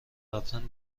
رفتن